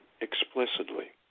explicitly